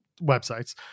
websites